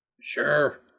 Sure